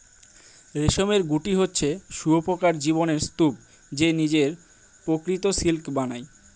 রেশমের গুটি হচ্ছে শুঁয়োপকার জীবনের স্তুপ যে প্রকৃত সিল্ক বানায়